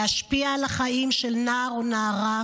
להשפיע על החיים של נער או נערה,